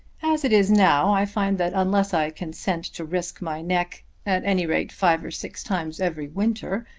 as it is now i find that unless i consent to risk my neck at any rate five or six times every winter,